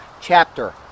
chapter